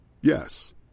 Yes